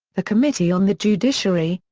the committee on the judiciary,